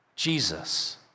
Jesus